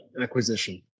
acquisition